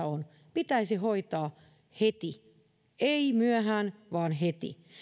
on pitäisi hoitaa heti ei myöhään vaan heti